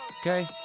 okay